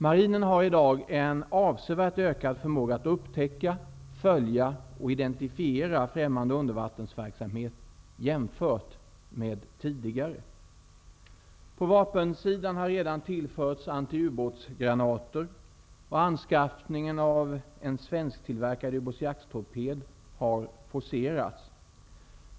Marinen har i dag en avsevärt ökad förmåga att upptäcka, följa och identifiera främmande undervattensverksamhet jämfört med tidigare. På vapensidan har redan tillförts antiubåtsgranater, och anskaffningen av en svensktillverkad ubåtsjakttorped har forcerats.